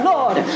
Lord